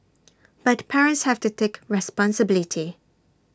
but parents have to take responsibility